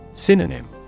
Synonym